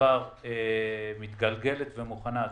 כבר מתגלגלת ומוכנה.